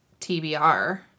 TBR